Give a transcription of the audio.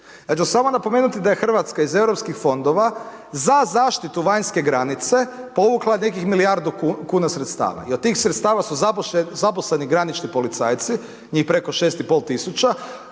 Ja ću samo napomenuti da je Hrvatska iz Europskih fondova za zaštitu vanjske granice povukla nekih milijardu kuna sredstava i od tih sredstava su zaposleni granični policajci, njih preko 6.500, opremljeni